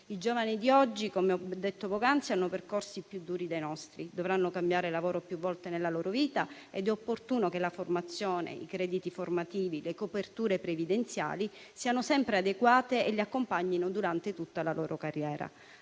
I giovani di oggi, come ho detto poc'anzi, hanno percorsi più duri dei nostri; dovranno cambiare lavoro più volte nella loro vita ed è opportuno che la formazione, i crediti formativi, le coperture previdenziali siano sempre adeguati e li accompagnino durante tutta la loro carriera.